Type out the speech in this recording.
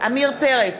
עמיר פרץ,